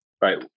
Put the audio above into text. right